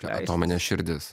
atominė širdis